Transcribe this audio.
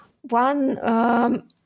one